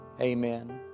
Amen